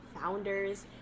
founders